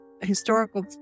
historical